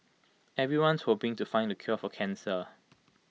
everyone's hoping to find the cure for cancer